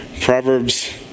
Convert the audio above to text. Proverbs